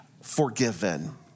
forgiven